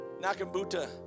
Nakambuta